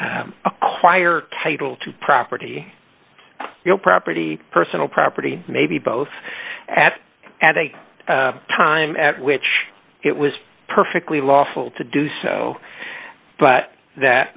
acquire title to property you know property personal property maybe both at at a time at which it was perfectly lawful to do so but that